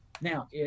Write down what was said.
Now